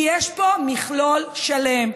יש פה מכלול שלם,